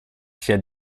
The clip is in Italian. sia